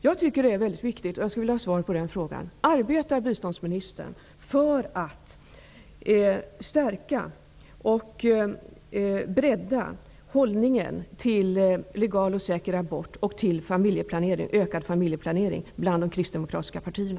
Jag skulle vilja ha svar på en väldigt viktig fråga: Arbetar biståndsministern för att stärka och bredda hållningen bland de kristdemokratiska partierna till legal och säker abort och till ökad familjeplanering?